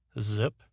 zip